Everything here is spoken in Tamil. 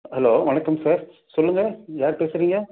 ஹலோ வணக்கம் சார் சொல்லுங்கள் யார் பேசுகிறிங்க